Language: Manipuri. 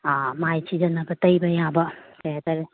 ꯃꯥꯏ ꯁꯤꯖꯟꯅꯕ ꯇꯩꯕ ꯌꯥꯕ ꯀꯩ ꯍꯥꯏ ꯇꯥꯔꯦ